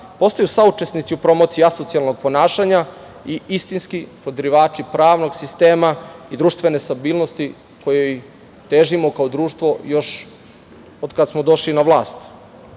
postaju saučesnici u promociji asocijalnog ponašanja i istinski podrivači pravnog sistema, društvene stabilnosti kojoj težimo kao društvo još od kada smo došli na vlast. Možemo